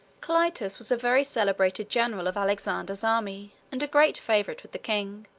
clitus was a very celebrated general of alexander's army, and a great favorite with the king.